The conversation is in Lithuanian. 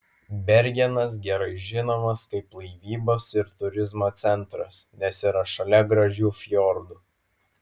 bergenas gerai žinomas kaip laivybos ir turizmo centras nes yra šalia gražių fjordų